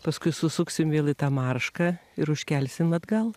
paskui susuksim vėl į tą maršką ir užkelsim atgal